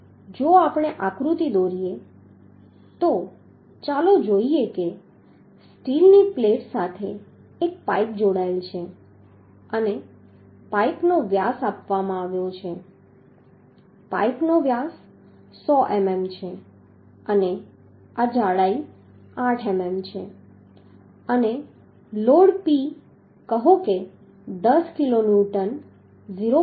તેથી જો આપણે આકૃતિ દોરીએ તો ચાલો જોઈએ કે સ્ટીલની પ્લેટ સાથે એક પાઇપ જોડાયેલ છે અને પાઇપનો વ્યાસ આપવામાં આવ્યો છે પાઇપનો વ્યાસ 100 મીમી છે અને આ જાડાઈ 8 મીમી છે અને લોડ P કહો કે 10 કિલોન્યુટન 0